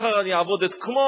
מחר אני אעבוד את כמוש,